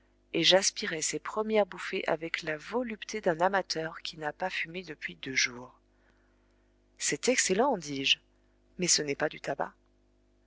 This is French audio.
et j'aspirai ses premières bouffées avec la volupté d'un amateur qui n'a pas fumé depuis deux jours c'est excellent dis-je mais ce n'est pas du tabac